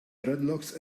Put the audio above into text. dreadlocks